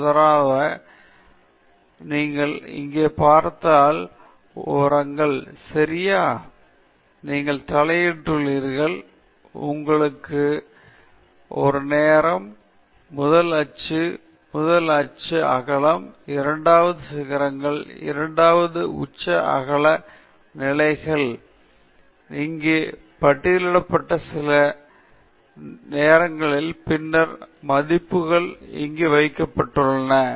உதாரணமாக நீங்கள் இங்கே பார்த்தால் ஓரங்கள் சரியா நீங்கள் தலைப்பிட்டுள்ளீர்கள் உங்களுக்கு ஒரு நேரம் முதல் உச்சம் முதல் உச்ச அகலம் இரண்டாவது சிகரம் இரண்டாவது உச்ச அகல நிலைகள் இங்கே பட்டியலிடப்பட்ட சில நேரங்கள் பின்னர் சில மதிப்புகள் இங்கே வைக்கப்படுகின்றன